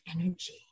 energy